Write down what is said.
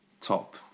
top